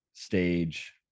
stage